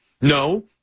No